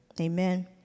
Amen